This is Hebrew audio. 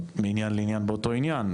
מעניין לעניין באותו עניין,